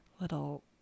little